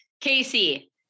Casey